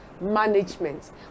management